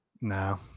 No